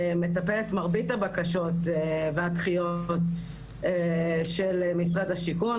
מטפל במרבית הבקשות והדחיות של משרד השיכון,